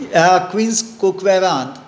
a quiz कुकवॅरांत